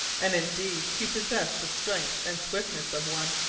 and indeed he possessed the strength and swiftness of one.